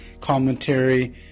commentary